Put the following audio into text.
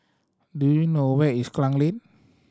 do you know where is Klang Lane